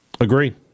Agree